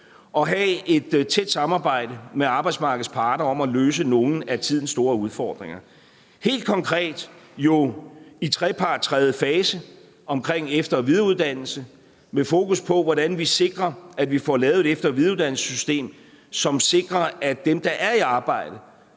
og have et tæt samarbejde med arbejdsmarkedets parter om at løse nogle af tidens store udfordringer – helt konkret jo i en tredje fase af forhandlingerne om efter- og videreuddannelse, med fokus på, hvordan vi sikrer, at vi får lavet et efter- og videreuddannelsessystem, som sikrer, at dem, der er i arbejde,